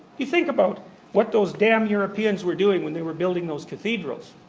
you think about what those damn europeans were doing when they were building those cathedrals.